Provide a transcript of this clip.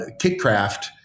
Kitcraft